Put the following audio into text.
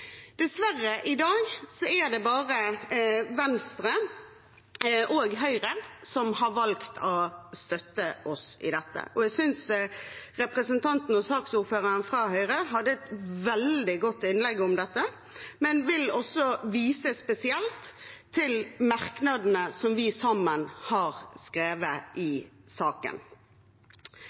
Dessverre er det i dag bare Venstre og Høyre som har valgt å støtte oss i dette. Jeg synes representanten og saksordføreren fra Høyre hadde et veldig godt innlegg om dette, men jeg vil også vise spesielt til merknadene som vi sammen har skrevet i saken.